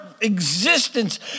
existence